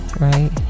right